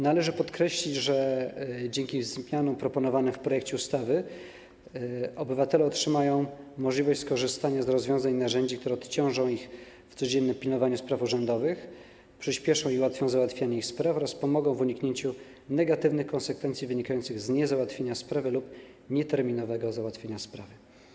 Należy podkreślić, że dzięki zmianom proponowanym w projekcie ustawy obywatele otrzymają możliwość skorzystania z rozwiązań, narzędzi, które odciążą ich w codziennym pilnowaniu spraw urzędowych, przyspieszą i ułatwią załatwianie ich spraw oraz pomogą w uniknięciu negatywnych konsekwencji wynikających z niezałatwienia sprawy lub nieterminowego załatwienia sprawy.